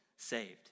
saved